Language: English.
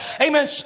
Amen